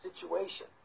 situation